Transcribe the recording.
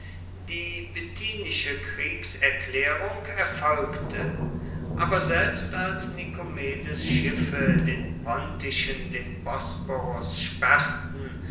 die bithynische kriegserklärung erfolgte aber selbst als nikomedes schiffe den pontischen den bosporus sperrten